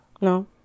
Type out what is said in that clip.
No